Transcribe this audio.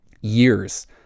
years